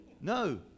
No